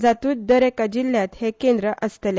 जातूंत दर एका जिल्ह्यात हे केंद्र आसतले